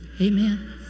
Amen